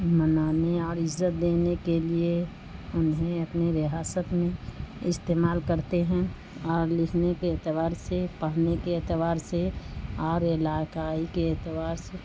منانے اور عزت دینے کے لیے انیں اپنے ریاست میں استعمال کرتے ہیں اور لکھنے کے اعتبار سے پڑھنے کے اعتبار سے اور علاقائی کے اعتبار سے